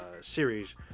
series